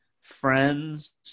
friends